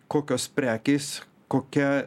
kokios prekės kokia